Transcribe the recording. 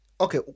Okay